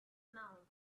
now